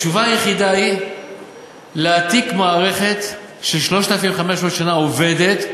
התשובה היחידה היא להעתיק מערכת ש-3,500 שנה עובדת,